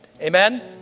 Amen